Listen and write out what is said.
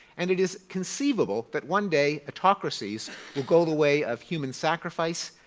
and it is conceivable that one day autocracies will go the way of human sacrifice,